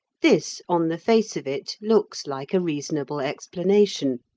this, on the face of it, looks like a reasonable explanation,